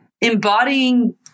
embodying